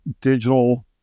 digital